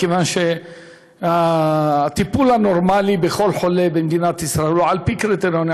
מכיוון שהטיפול הנורמלי בכל חולה במדינת ישראל הוא על-פי קריטריונים,